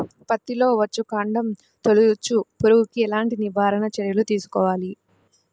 పత్తిలో వచ్చుకాండం తొలుచు పురుగుకి ఎలాంటి నివారణ చర్యలు తీసుకోవాలి?